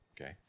okay